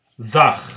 Zach